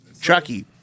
Chucky